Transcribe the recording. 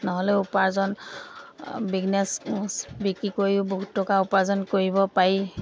নহ'লে উপাৰ্জন বিগনেছ বিক্ৰী কৰিও বহুত টকা উপাৰ্জন কৰিব পাৰি